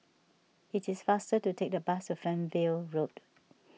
it is faster to take the bus to Fernvale Road